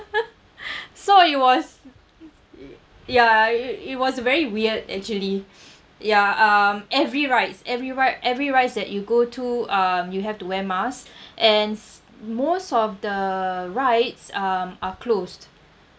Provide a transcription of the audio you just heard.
so it was ya it it was very weird actually ya um every rides every ride every rides that you go to um you have to wear mask and most of the rides um are closed